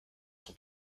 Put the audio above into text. sont